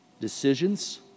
decisions